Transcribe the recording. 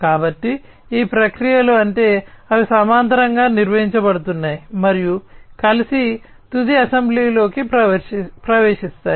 కాబట్టి ఈ ప్రక్రియలు అంటే అవి సమాంతరంగా నిర్వహించబడుతున్నాయి మరియు కలిసి తుది అసెంబ్లీలోకి ప్రవేశిస్తాయి